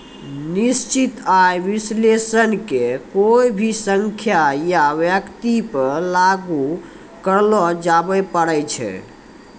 निश्चित आय विश्लेषण के कोय भी संख्या या व्यक्ति पर लागू करलो जाबै पारै छै